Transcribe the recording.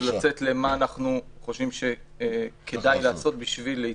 לצאת למה אנחנו חושבים שכדאי לעשות כדי להתקדם.